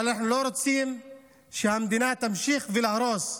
אנחנו לא רוצים שהמדינה תמשיך ותהרוס.